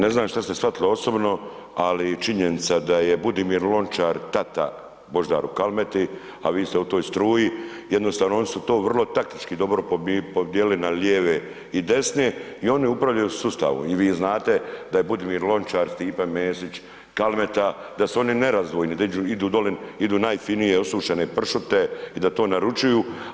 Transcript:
Ne znam što ste shvatili osobno, ali činjenica da je Budimir Lončar tata Božidaru Kalmeti, ali vi ste u toj struji, jednostavno, oni su to vrlo taktički dobro podijelili na lijeve i desne i oni upravljaju sustavom i vi znate da je Budimir Lončar, Stipe Mesić, Kalemta, da su oni nerazdvojni, da idu dole, idu najfinije osušene pršute i da to naručuju.